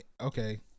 okay